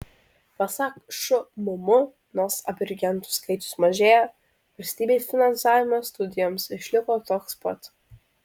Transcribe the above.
pasak šmm nors abiturientų skaičius mažėja valstybės finansavimas studijoms išliko toks pat